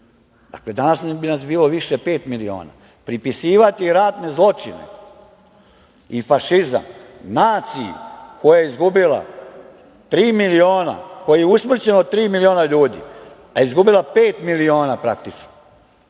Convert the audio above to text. Dakle, danas bi nas bilo više pet miliona. Pripisivati razne zločine i fašizam naciji koja je izgubila tri miliona, koja je usmrtila tri miliona ljudi, a izgubila praktično